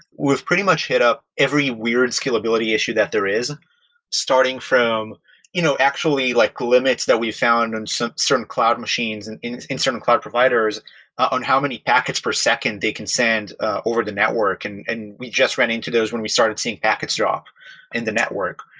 we've pretty much hit up every weird scalability issue that there is starting from you know actually like limits that we've found on some cloud machines and in in certain cloud providers on how many packets per second they can send over the network, and and we just ran into those when we started seeing packets drop in the network.